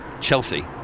Chelsea